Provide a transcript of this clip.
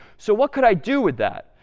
so what could i do with that.